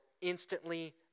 instantly